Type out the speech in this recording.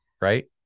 right